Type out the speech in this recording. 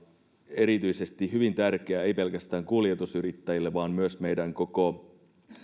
erityisesti hyvin tärkeä ei pelkästään kuljetusyrittäjille vaan myös meidän koko